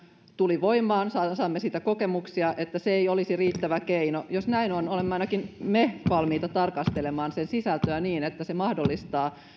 tuli voimaan ja josta saimme kokemuksia niin se ei olisi riittävä keino jos näin on olemme ainakin valmiita tarkastelemaan sen sisältöä niin että se mahdollistaa